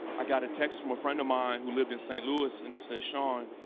i got text from a friend of mine who lived in st. louis. and he says, shaun,